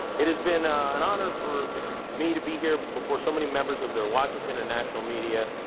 it has been an honor for me to be here, before so many members of the washington and national media.